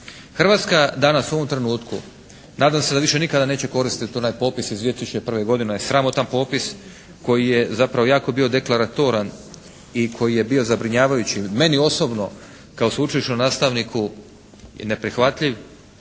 Hrvatska danas u ovom trenutku nadam se da više nikada neće koristiti onaj popis iz 2001. godine, sramotan popis koji je zapravo jako bio deklaratoran i koji je bio zabrinjavajući. Meni osobno kao sveučilišnom nastavniku je neprihvatljiv